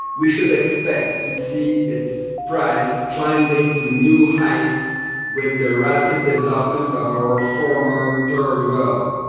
we should expect to see its price climbing to new heights with the rapid development of our former third world.